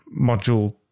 module